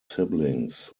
siblings